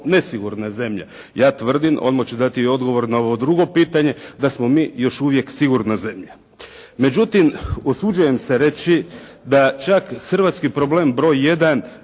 nesigurna zemlja? Ja tvrdim odmah ću dati odgovor i na ovo drugo pitanje, da smo mi još uvije sigurna zemlja. Međutim, usuđujem se reći da čak hrvatski problem broj